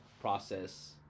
process